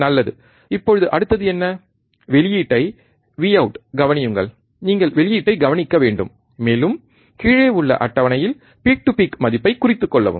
நல்லது இப்போது அடுத்தது என்ன வெளியீட்டைக் Vout கவனியுங்கள் நீங்கள் வெளியீட்டைக் கவனிக்க வேண்டும் மேலும் கீழே உள்ள அட்டவணையில் பீக் டு பீக் மதிப்பைக் குறித்துக் கொள்ளவும்